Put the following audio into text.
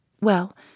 Well